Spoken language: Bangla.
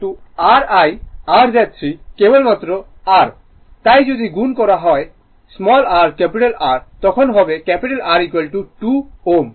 r Z 3 কেবল মাত্র R তাই যদি গুণ করা হয় r R তখন হবে R 2 Ω